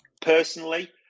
personally